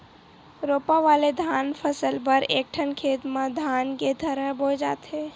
रोपा वाले धान फसल बर एकठन खेत म धान के थरहा बोए जाथे